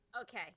okay